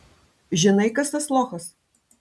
žinai kas tas lochas